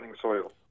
soil